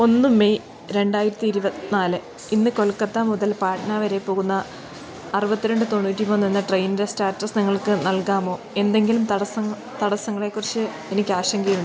ഒന്ന് മെയ് രണ്ടായിരത്തി ഇരുപത്തി നാല് ഇന്ന് കൊൽക്കത്ത മുതൽ പാട്ന വരെ പോകുന്ന അറുപത്തി രണ്ട് തൊണ്ണൂറ്റി മൂന്ന് എന്ന ട്രെയിനിൻ്റെ സ്റ്റാറ്റസ് നിങ്ങൾക്ക് നൽകാമോ എന്തെങ്കിലും തടസ്സങ്ങളെ കുറിച്ചു എനിക്ക് ആശങ്കയുണ്ട്